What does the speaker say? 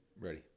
Ready